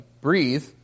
breathe